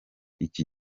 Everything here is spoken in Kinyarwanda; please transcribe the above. iki